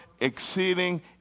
exceeding